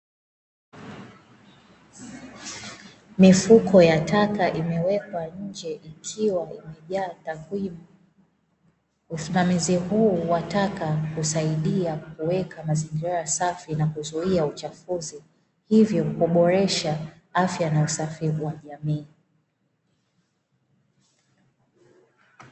Mifuko ya taka imewekwa nje ikiwa imejaa takwimu. Usimamizi huu wa taka husaidia kuweka mazingira safi na kuzuia uchafuzi. Hivyo kuboresha afya na usafi wa jamii.